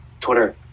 Twitter